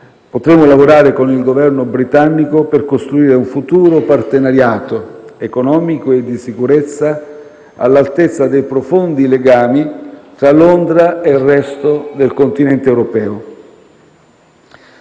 potremo lavorare con il Governo britannico per costruire un futuro partenariato economico e di sicurezza, all'altezza dei profondi legami tra Londra e il resto del continente europeo.